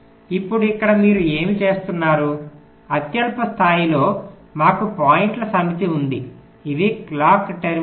ఇప్పుడు ఇక్కడ మీరు ఏమి చేస్తున్నారు అత్యల్ప స్థాయిలో మాకు పాయింట్ల సమితి ఉంది ఇవి క్లాక్ టెర్మినల్స్